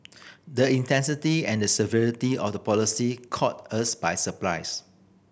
the intensity and the severity of the policies caught us by surprise